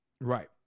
right